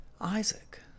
Isaac